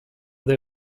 they